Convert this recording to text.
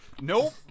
Nope